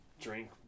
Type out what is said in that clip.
drink